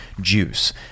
juice